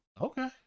Okay